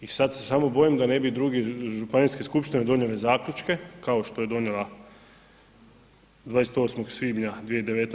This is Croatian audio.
I sada se samo bojim da ne bi druge županijske skupštine donijele zaključke kao što je donijela 28. svibnja 2019.